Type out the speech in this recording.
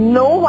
no